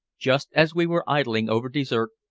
just as we were idling over dessert,